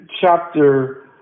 chapter